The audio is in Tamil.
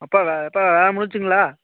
அப்பா அப்பா வேலை முடிஞ்சுச்சுங்களா